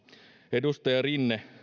edustaja rinne